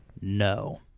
No